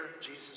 Jesus